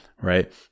right